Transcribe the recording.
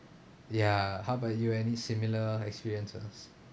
ya how about you any similar experiences